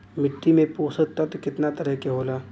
मिट्टी में पोषक तत्व कितना तरह के होला?